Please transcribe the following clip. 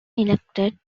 elected